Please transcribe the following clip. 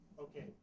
Okay